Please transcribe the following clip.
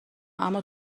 اما